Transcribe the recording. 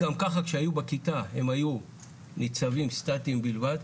גם ככה כשהיו בכיתה הם היו ניצבים סטטים בלבד,